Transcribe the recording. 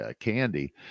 candy